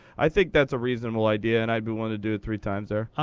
i think that's a reasonable idea, and i'd be willing to do it three times there.